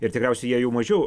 ir tikriausiai jie jau mažiau